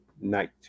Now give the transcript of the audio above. night